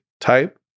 type